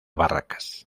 barracas